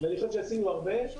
ואני חושב שעשינו הרבה.